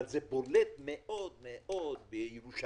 אבל זה בולט מאוד מאוד בירושלים,